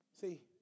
See